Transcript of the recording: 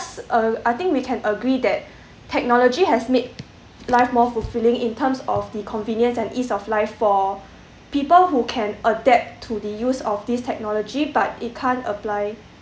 uh I think we can agree that technology has made life more fulfilling in terms of the convenience and ease of life for people who can adapt to the use of these technology but it can't apply